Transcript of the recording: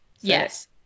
yes